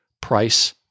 price